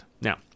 Now